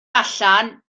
allan